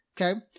Okay